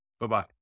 Bye-bye